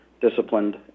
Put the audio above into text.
disciplined